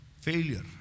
failure